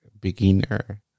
beginner